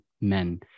men